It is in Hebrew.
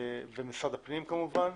ומשרד ראש הממשלה.